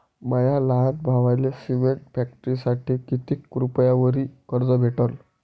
माया लहान भावाले सिमेंट फॅक्टरीसाठी कितीक रुपयावरी कर्ज भेटनं?